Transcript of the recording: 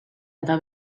eta